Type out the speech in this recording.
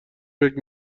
فکر